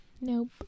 Nope